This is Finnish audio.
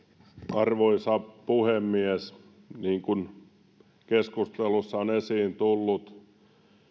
arvoisa puhemies niin kuin keskustelussa on esiin tullut